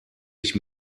ich